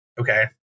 Okay